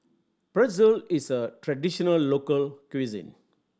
pretzel is a traditional local cuisine